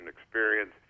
experience